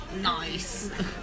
Nice